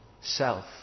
self